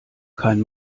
kein